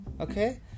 okay